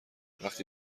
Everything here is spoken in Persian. وقتی